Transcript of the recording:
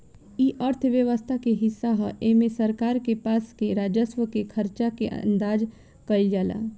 इ अर्थव्यवस्था के हिस्सा ह एमे सरकार के पास के राजस्व के खर्चा के अंदाज कईल जाला